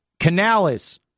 Canales